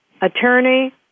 attorney